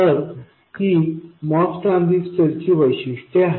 तर ही MOS transistor ची योग्य वैशिष्ट्ये आहेत